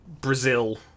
Brazil